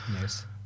Yes